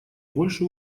больше